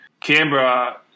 Canberra